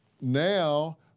now